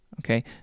okay